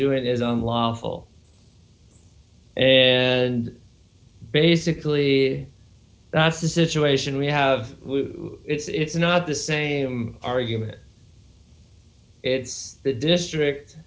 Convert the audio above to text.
doing is unlawful and basically that's the situation we have it's not the same argument it's the district